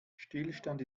stillstand